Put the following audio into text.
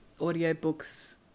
audiobooks